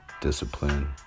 Discipline